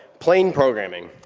plane programming.